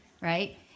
right